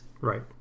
Right